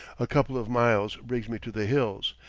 a couple of miles brings me to the hills,